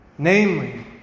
Namely